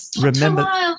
Remember